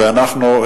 ואנחנו,